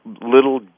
little